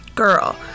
Girl